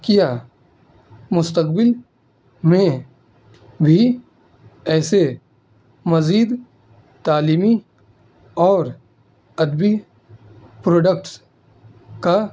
کیا مستقبل میں بھی ایسے مزید تعلیمی اور ادبی پروڈکٹس کا